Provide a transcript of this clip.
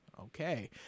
Okay